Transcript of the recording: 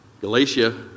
Galatia